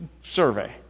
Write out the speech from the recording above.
survey